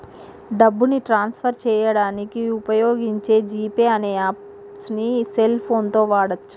డబ్బుని transfer చేయడానికి వుపయోగించే జీ పే అనే యాప్పుని సెల్ ఫోన్ తో వాడచ్చు